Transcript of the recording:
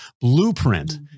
blueprint